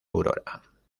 aurora